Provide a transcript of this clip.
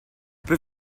peux